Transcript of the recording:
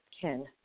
Ken